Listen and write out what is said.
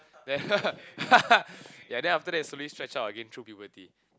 then ya then after that slowly stretch out again through puberty